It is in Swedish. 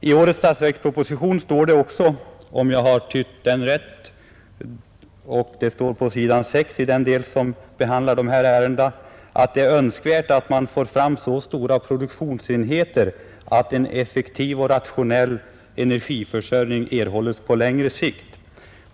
På s. 6 i den bilaga till årets statsverksproposition som behandlar dessa ärenden står det också — om jag har tytt det rätt — att det är önskvärt att man får fram så stora produktionsenheter att en effektiv och rationell energiförsörjning erhålles på längre sikt.